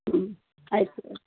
ಹ್ಞೂ ಆಯಿತು ಸರ್